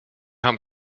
haben